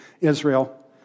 Israel